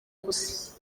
gusa